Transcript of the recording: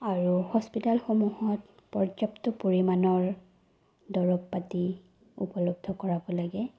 আৰু হস্পিতালসমূহত পৰ্যাপ্ত পৰিমাণৰ দৰৱ পাতি উপলব্ধ কৰাব লাগে